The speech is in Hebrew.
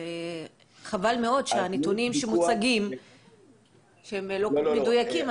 חבל מאוד שהנתונים שמוצגים לא מדויקים.